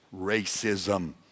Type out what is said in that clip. racism